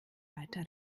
weiter